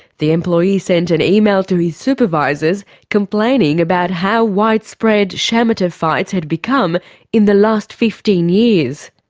the employee sent an email to his supervisors complaining about how widespread shamateur fights had become in the last fifteen years.